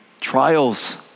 trials